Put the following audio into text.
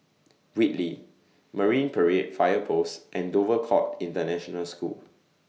Whitley Marine Parade Fire Post and Dover Court International School